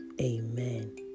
Amen